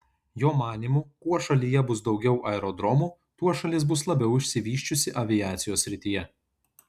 jo manymu kuo šalyje bus daugiau aerodromų tuo šalis bus labiau išsivysčiusi aviacijos srityje